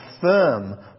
firm